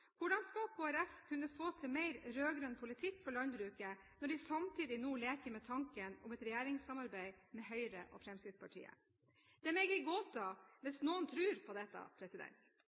Hvordan skal Kristelig Folkeparti kunne få til mer rød-grønn politikk for landbruket når de samtidig nå leker med tanken om et regjeringssamarbeid med Høyre og Fremskrittspartiet? Det er meg en gåte hvis noen tror på dette.